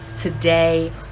today